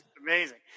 amazing